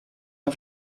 auf